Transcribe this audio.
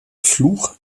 fluch